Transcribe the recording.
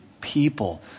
people